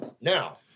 now